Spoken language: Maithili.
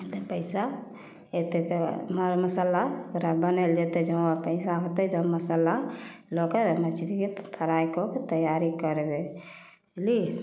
पइसा अयतै तऽ मर मसल्ला ओकरा बनायल जेतै जे हँ पइसा होतै तऽ मसल्ला लकऽ मछरी फ्राइ कऽके तैयारी करबै बुझलियै